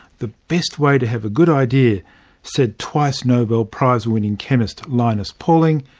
the best way to have a good idea said twice nobel prize-winning chemist linus pauling,